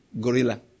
gorilla